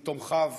עם תומכיו,